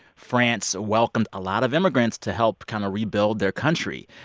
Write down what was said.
france welcomed a lot of immigrants to help kind of rebuild their country.